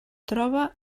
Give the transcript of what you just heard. troba